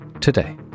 Today